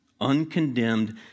uncondemned